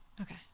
Okay